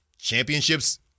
championships